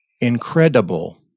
Incredible